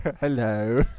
Hello